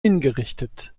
hingerichtet